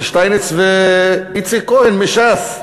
של שטייניץ ואיציק כהן מש"ס,